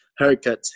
haircuts